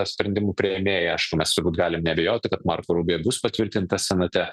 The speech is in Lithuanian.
sprendimų priėmėjai aišku mes turbūt galim neabejoti kad marko rubio bus patvirtintas senate